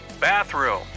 bathroom